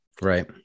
Right